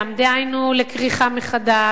דהיינו לכריכה מחדש,